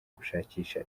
gushakisha